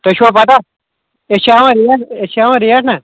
تۄہہِ چھوا پَتہ أسۍ چھِ ہیوَان رٮ۪ٹ أسۍ چھِ ہیوَان رٮ۪ٹ نَہ